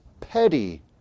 petty